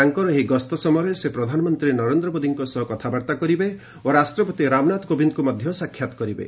ତାଙ୍କର ଏହି ଗସ୍ତ ସମୟରେ ସେ ପ୍ରଧାନମନ୍ତ୍ରୀ ନରେନ୍ଦ୍ର ମୋଦୀଙ୍କ ସହ କଥାବାର୍ତ୍ତା କରିବେ ଓ ରାଷ୍ଟ୍ରପତି ରାମନାଥ କୋବିନ୍ଦଙ୍କୁ ସାକ୍ଷାତ କରିବେ